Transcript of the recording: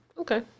Okay